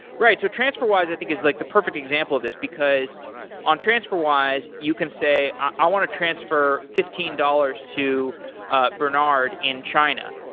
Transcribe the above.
right. so transferwise i think is like the perfect example of this, because on transferwise you can say, i want to transfer fifteen dollars to ah bernard in china.